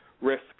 risk